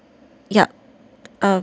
yup uh